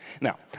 Now